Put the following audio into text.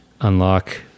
unlock